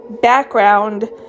background